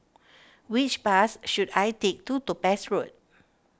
which bus should I take to Topaz Road